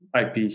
IP